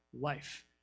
life